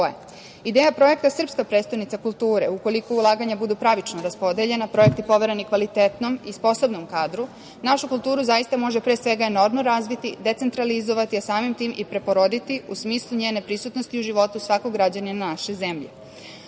nivoe. Ideja projekta „Srpska prestonica kulture“, ukoliko ulaganja budu pravično raspodeljena, projekti povereni kvalitetnom i sposobnom kadru, našu kulturu zaista može pre svega enormno razviti, decentralizovati, a samim tim i preporoditi, u smislu njene prisutnosti u životu svakog građanina naše